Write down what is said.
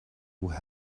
will